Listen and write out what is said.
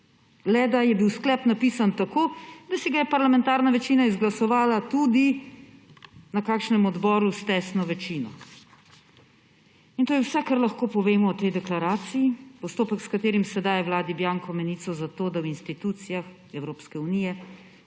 le da je bil sklep napisan tako, da si ga je parlamentarna večina izglasovala tudi na kakšnem odboru s tesno večino, in to je vse, kar lahko povemo o tej deklaraciji. Postopek, s katerim se daje Vladi bianko menico zato, da v institucijah Evropske unije